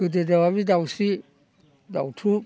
गोदो दाउआ बे दाउस्रि दाउथु